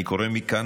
אני קורא מכאן,